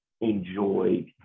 enjoyed